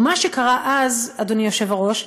מה שקרה אז, אדוני היושב-ראש,